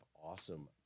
awesome